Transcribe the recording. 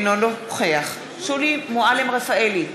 אינו נוכח שולי מועלם-רפאלי,